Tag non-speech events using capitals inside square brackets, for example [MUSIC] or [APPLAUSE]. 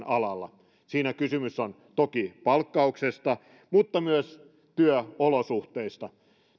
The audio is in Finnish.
[UNINTELLIGIBLE] alalla siinä kysymys on toki palkkauksesta mutta myös työolosuhteista